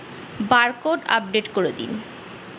Barcode update করে দিন?